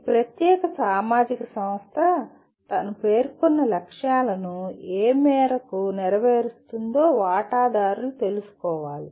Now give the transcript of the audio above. ఈ ప్రత్యేక సామాజిక సంస్థ తన పేర్కొన్న లక్ష్యాలను ఏ మేరకు నెరవేరుస్తుందో వాటాదారునికి తెలుసుకోవాలి